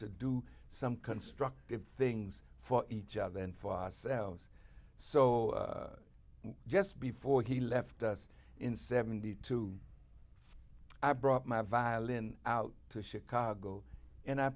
to do some constructive things for each other and for ourselves so just before he left us in seventy two i brought my violin out to chicago and i